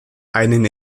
einen